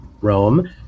rome